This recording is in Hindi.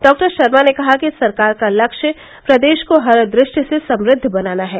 डॉक्टर शर्मा ने कहा कि सरकार का लक्ष्य प्रदेश को हर दृष्टि से समृद्व बनाना है